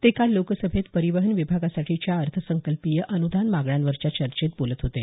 ते काल लोकसभेत परिवहन विभागासाठीच्या अर्थसंकल्पीय अनुदान मागण्यांवरच्या चर्चेत बोलत होते